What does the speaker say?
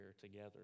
together